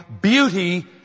beauty